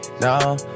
no